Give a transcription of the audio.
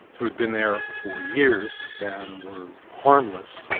who had been there for years and were harmless,